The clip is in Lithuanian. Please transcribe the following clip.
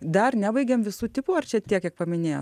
dar nebaigėm visų tipų ar čia tiek paminėjo